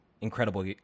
Incredible